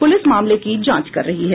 police मामले की जांच कर रही है